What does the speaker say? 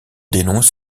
dénonce